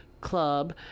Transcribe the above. Club